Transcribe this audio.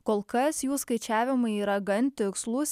kol kas jų skaičiavimai yra gan tikslūs